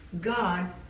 God